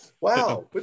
wow